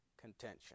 contention